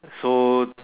so